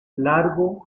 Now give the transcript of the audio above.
largo